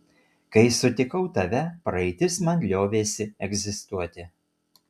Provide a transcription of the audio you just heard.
kai sutikau tave praeitis man liovėsi egzistuoti